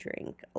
drink